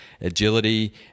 agility